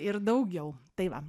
ir daugiau tai va